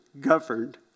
governed